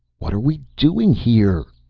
what are we doing here?